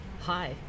hi